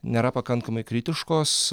nėra pakankamai kritiškos